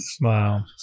Wow